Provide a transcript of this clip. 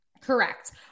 Correct